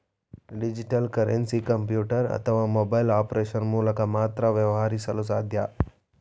digital currency computer ಅಥವಾ mobile application ಮೂಲಕ ಮಾತ್ರ ವ್ಯವಹರಿಸಲು ಸಾಧ್ಯ